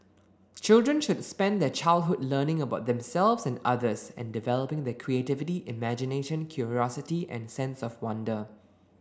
children should spend their childhood learning about themselves and others and developing their creativity imagination curiosity and sense of wonder